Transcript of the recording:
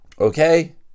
Okay